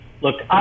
Look